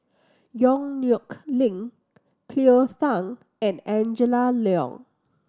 Yong Nyuk Lin Cleo Thang and Angela Liong